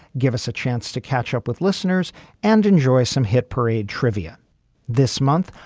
give us a chance to catch up with listeners and enjoy some hit parade trivia this month.